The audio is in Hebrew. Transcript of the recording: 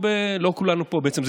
לא כולנו בעצם,